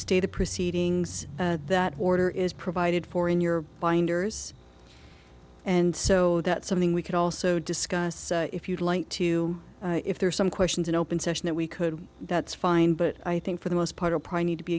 stay the proceedings that order is provided for in your binders and so that's something we could also discuss if you'd like to if there are some questions in open session that we could that's fine but i think for the most part a prime need to be